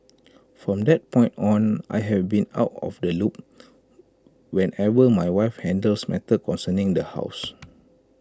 from that point on I have been out of the loop whenever my wife handles matters concerning the house